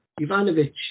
Ivanovic